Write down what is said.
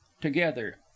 together